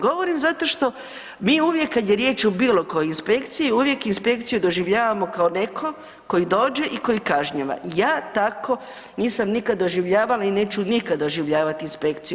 Govorim zato što mi uvijek kad je riječ o bilo kojoj inspekciji, uvijek inspekciju doživljavamo kao neko koji dođe i koji kažnjava, ja tako nisam nikad doživljavala i neću nikad doživljavati inspekciju.